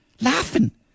Laughing